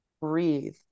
breathe